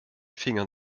fingern